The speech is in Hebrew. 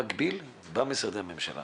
במקביל במשרדי הממשלה